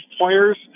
players